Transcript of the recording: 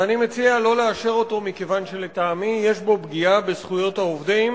ואני מציע לא לאשר אותו מכיוון שלטעמי יש בו פגיעה בזכויות העובדים.